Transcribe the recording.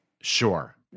sure